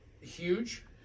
huge